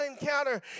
encounter